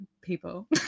people